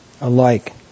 alike